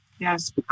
Yes